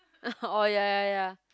orh ya ya ya